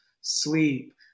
sleep